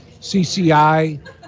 CCI